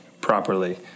properly